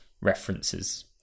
references